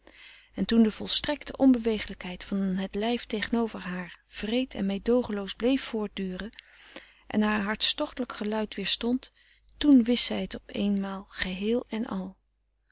en toen de volstrekte onbewegelijkheid van het lijf tegenover haar wreed en meedoogenloos bleef voortduren en haar hartstochtelijk geluid weerstond toen wist zij het op eenmaal geheel en al